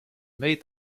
made